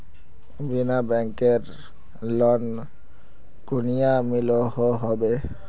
बिना बैंकेर लोन कुनियाँ मिलोहो होबे?